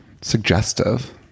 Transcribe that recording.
suggestive